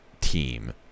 team